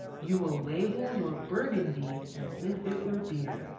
you will label your burgundy as if it were beer